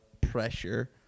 pressure